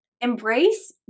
embrace